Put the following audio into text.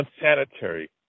unsanitary